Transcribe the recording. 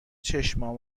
چشمام